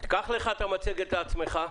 קח את המצגת לעצמך,